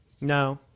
No